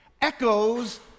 echoes